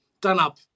done-up